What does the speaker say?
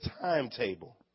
timetable